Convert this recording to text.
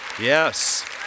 Yes